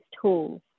tools